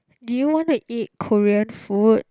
do you want to eat Korean food